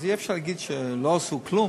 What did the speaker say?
אז אי-אפשר להגיד שלא עשו כלום.